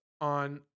on